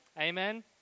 Amen